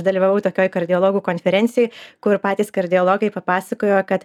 dalyvavau tokioj kardiologų konferencijoj kur patys kardiologai papasakojo kad